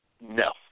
No